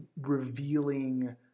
revealing